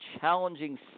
challenging